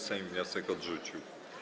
Sejm wniosek odrzucił.